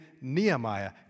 Nehemiah